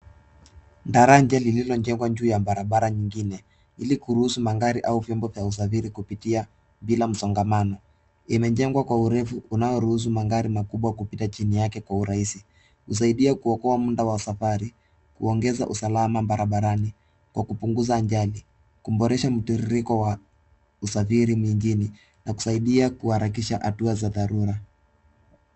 Daraja lililojengwa juu ya barabara nyingine ili kuruhusu magari au vyombo vya usafiri kupitia bila msongamano. Imejengwa kwa urefu unaoruhusu magari makubwa kupita chini yake kwa urahisi. Husaidia kuokoa muda wa safari, kuongeza usalama barabarani kwa kupunguza ajali, kuboresha mtiririko wa usafiri mijini na kusaidia kuharakisha hatua za dharura.